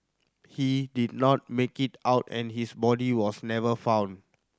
he did not make it out and his body was never found